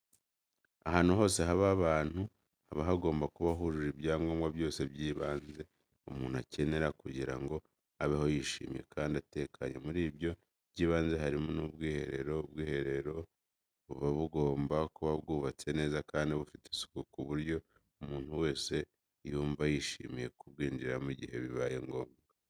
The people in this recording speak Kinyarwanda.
Ahantu hose haba abantu, haba hagomba kuba hujuje ibyangombwa byose by'ibanze umuntu akenera kugira ngo abeho yishimye kandi atekanye, muri ibyo by'ibanze harimo n'ubwiherero. Ubwiherero buba bugomba kuba bwubatse neza kandi bufite isuku ku buryo umuntu wese yumva yishimiye kubwinjiramo igihe bibaye ngombwa.